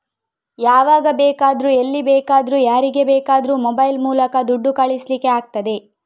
ಯಾವಾಗ ಬೇಕಾದ್ರೂ ಎಲ್ಲಿ ಬೇಕಾದ್ರೂ ಯಾರಿಗೆ ಬೇಕಾದ್ರೂ ಮೊಬೈಲ್ ಮೂಲಕ ದುಡ್ಡು ಕಳಿಸ್ಲಿಕ್ಕೆ ಆಗ್ತದೆ